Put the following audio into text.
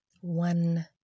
one